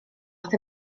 wrth